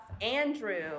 Andrew